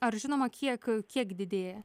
ar žinoma kiek kiek didėja